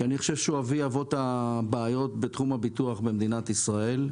כי אני חושב שהוא אבי אבות הבעיות בתחום הביטוח במדינת ישראל.